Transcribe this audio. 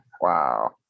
wow